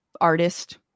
artist